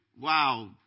Wow